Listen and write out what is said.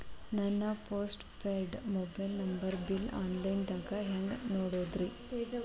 ನನ್ನ postpaid mobile number bill, online ದಾಗ ಹ್ಯಾಂಗ್ ನೋಡೋದ್ರಿ?